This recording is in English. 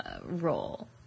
role